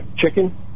chicken